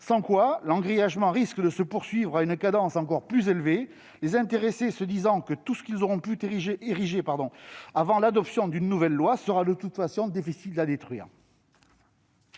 Sinon, l'engrillagement risque de progresser à une cadence encore plus soutenue, les intéressés partant du principe que tout ce qu'ils auront pu ériger avant l'adoption d'une une nouvelle loi sera de toute façon difficile à détruire.